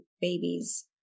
babies